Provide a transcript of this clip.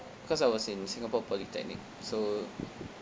cause I was in singapore polytechnic so